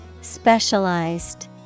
Specialized